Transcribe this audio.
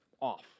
off